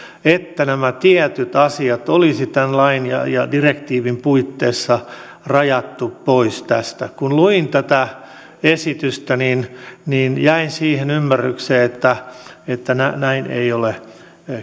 että nämä tietyt asiat olisi tämän lain ja ja direktiivin puitteissa rajattu pois tästä kun luin tätä esitystä jäin siihen ymmärrykseen että että näin ei ole